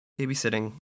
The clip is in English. Babysitting